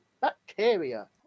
bacteria